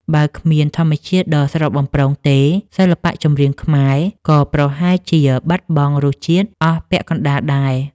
បើគ្មានធម្មជាតិដ៏ស្រស់បំព្រងទេ សិល្បៈចម្រៀងខ្មែរក៏ប្រហែលជាបាត់បង់រសជាតិអស់ពាក់កណ្ដាលដែរ។